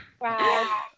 Wow